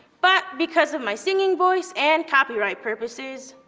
but because of my singing voice, and copyright purposes,